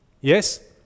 yes